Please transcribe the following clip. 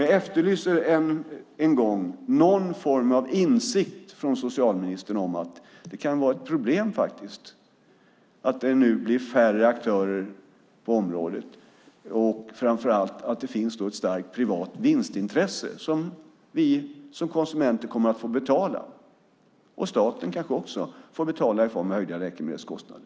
Jag efterlyser någon form av insikt från socialministern om att det kan vara ett problem att det blir färre aktörer på området, framför allt att det finns ett starkt privat vinstintresse som vi konsumenter, och kanske även staten, får betala i form av höjda läkemedelskostnader.